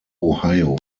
ohio